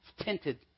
tinted